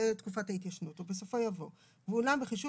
זה לגבי תקופת ההתיישנות ובסופו יבוא "..ואולם בחישוב